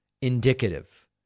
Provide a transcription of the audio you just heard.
indicative